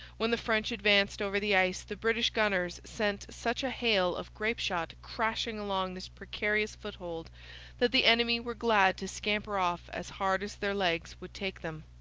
when the french advanced over the ice the british gunners sent such a hail of grape-shot crashing along this precarious foothold that the enemy were glad to scamper off as hard as their legs would take them.